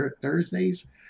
Thursdays